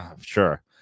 Sure